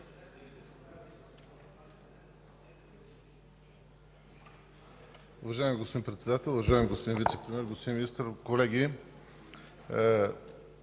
Уважаеми господин Председател, уважаеми господин Вицепремиер, господин Министър, колеги!